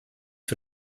für